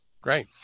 Great